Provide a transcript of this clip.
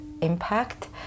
impact